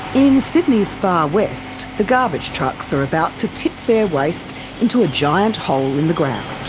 in sydney's far west, the garbage trucks are about to tip their waste into a giant hole in the ground.